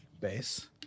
base